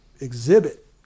exhibit